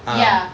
ya